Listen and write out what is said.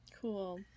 cool